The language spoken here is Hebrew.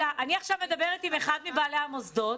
תהלה, אני עכשיו מדבר עם אחד מבעלי המוסדות.